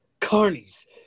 carnies